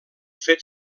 fet